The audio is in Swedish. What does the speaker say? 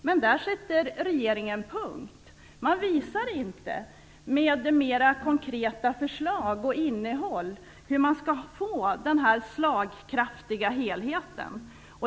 Men där sätter regeringen punkt. Man visar inte med mera konkreta förslag och innehåll hur man skall få den här slagkraftiga helheten.